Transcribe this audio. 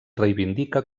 reivindica